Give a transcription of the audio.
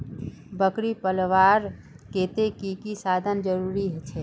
बकरी पलवार केते की की साधन जरूरी छे?